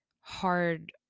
hard